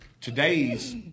today's